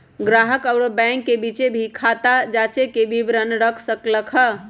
ग्राहक अउर बैंक के बीचे ही खाता जांचे के विवरण रख सक ल ह